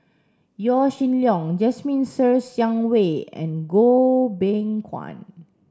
Yaw Shin Leong Jasmine Ser Xiang Wei and Goh Beng Kwan